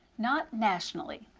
not nationally,